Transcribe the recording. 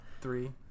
three